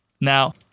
Now